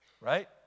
Right